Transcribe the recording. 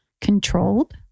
controlled